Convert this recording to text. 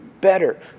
better